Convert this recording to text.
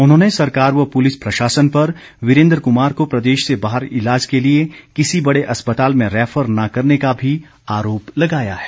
उन्होंने सरकार व पुलिस प्रशासन पर वीरेन्द्र कुमार को प्रदेश से बाहर इलाज के लिए किसी बड़े अस्पताल में रैफर न करने का भी आरोप लगाया है